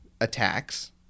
attacks